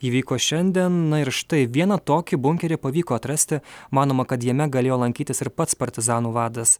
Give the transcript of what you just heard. įvyko šiandien na ir štai vieną tokį bunkerį pavyko atrasti manoma kad jame galėjo lankytis ir pats partizanų vadas